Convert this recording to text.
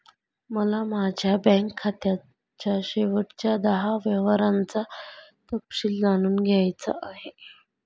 मला माझ्या बँक खात्याच्या शेवटच्या दहा व्यवहारांचा तपशील जाणून घ्यायचा आहे